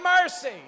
mercy